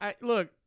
Look